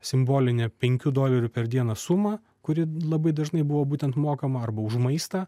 simbolinę penkių dolerių per dieną sumą kuri labai dažnai buvo būtent mokama arba už maistą